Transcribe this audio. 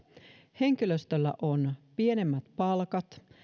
henkilöstöllä on pienemmät palkat